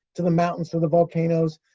to the mountains, to the volcanoes.